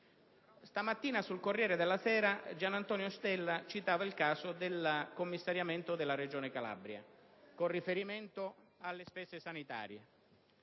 Stamattina su "Il Corriere della sera" Gian Antonio Stella citava il caso del commissariamento della Regione Calabria con riferimento alle spese sanitarie.